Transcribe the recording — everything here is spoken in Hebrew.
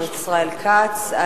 מר ישראל כץ.